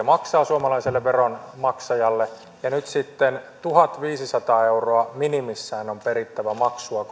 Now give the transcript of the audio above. maksaa suomalaiselle veronmaksajalle ja nyt sitten tuhatviisisataa euroa minimissään on korkeakoulun perittävä maksua